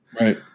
Right